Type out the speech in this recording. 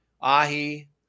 Ahi